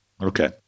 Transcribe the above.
okay